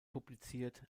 publiziert